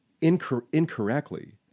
incorrectly